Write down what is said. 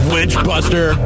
Witchbuster